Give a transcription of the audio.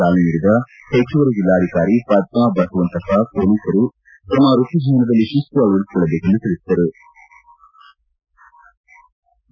ಚಾಲನೆ ನೀಡಿದ ಹೆಚ್ಚುವರಿ ಜಿಲ್ಲಾಧಿಕಾರಿ ಪದ್ನಾ ಬಸವಂತಪ್ಪ ಪೊಲೀಸರು ತಮ್ಮ ವೃತ್ತಿಜೀವನದಲ್ಲಿ ತಿಸ್ತು ಅಳವಡಿಸಿಕೊಳ್ಳಬೇಕೆಂದು ತಿಳಿಬದರು